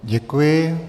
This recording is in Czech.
Děkuji.